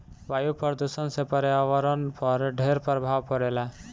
वायु प्रदूषण से पर्यावरण पर ढेर प्रभाव पड़ेला